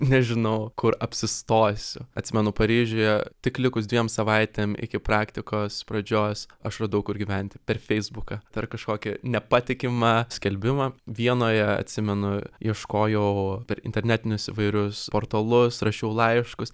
nežinau kur apsistosiu atsimenu paryžiuje tik likus dviem savaitėm iki praktikos pradžios aš radau kur gyventi per feisbuką per kažkokį nepatikimą skelbimą vienoje atsimenu ieškojau per internetinius įvairius portalus rašiau laiškus